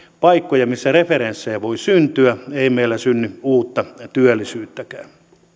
paikkoja missä referenssejä voi syntyä ei meillä synny uutta työllisyyttäkään